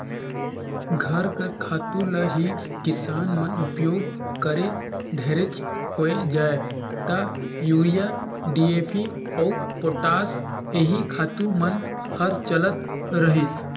घर कर खातू ल ही किसान मन उपियोग करें ढेरेच होए जाए ता यूरिया, डी.ए.पी अउ पोटास एही खातू मन हर चलत रहिस